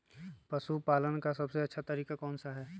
पशु पालन का सबसे अच्छा तरीका कौन सा हैँ?